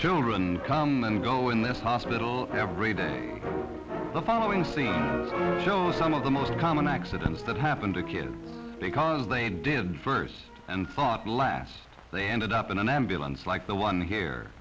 children come and go in this hospital every day the following shows some of the most common accidents that happen to kids because they didn't first and fought last they ended up in an ambulance like the one here